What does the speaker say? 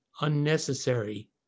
unnecessary